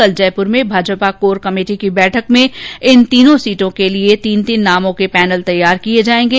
कल जयपुर में Bhajpa core committee की बैठक में इन सीटों के लिये तीन तीन नामों के पैनल तैयार किये गये